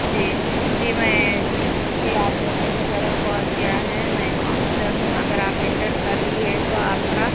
جی جی جی میں جی آپ نے سہی جگہ کال کیا ہے میں کاؤنسلر ہوں اگر آپ انٹر کر لیے تو آپ کا